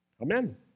Amen